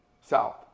south